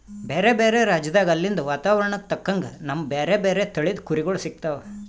ಬ್ಯಾರೆ ಬ್ಯಾರೆ ರಾಜ್ಯದಾಗ್ ಅಲ್ಲಿಂದ್ ವಾತಾವರಣಕ್ಕ್ ತಕ್ಕಂಗ್ ನಮ್ಗ್ ಬ್ಯಾರೆ ಬ್ಯಾರೆ ತಳಿದ್ ಕುರಿಗೊಳ್ ಸಿಗ್ತಾವ್